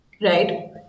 Right